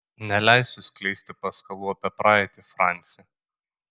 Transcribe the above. neleisiu skleisti paskalų apie praeitį franci